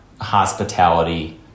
hospitality